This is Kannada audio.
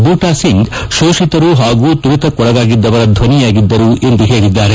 ಬೂಟಾಸಿಂಗ್ ಶೋಷಿತರು ಹಾಗೂ ತುಳಿತಕ್ಕೊಳಗಾಗಿದ್ದವರ ಧ್ವನಿಯಾಗಿದ್ದರು ಎಂದು ಹೇಳಿದ್ದಾರೆ